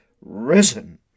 risen